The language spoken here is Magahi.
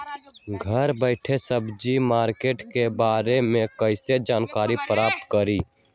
घर बैठे सब्जी मार्केट के बारे में कैसे जानकारी प्राप्त करें?